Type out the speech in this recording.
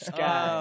Sky